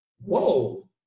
Whoa